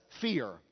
fear